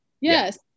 Yes